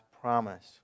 promise